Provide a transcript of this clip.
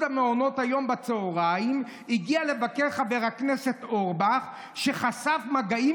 מעונות היום בצוהריים הגיע לבקר חבר הכנסת אורבך וחשף מגעים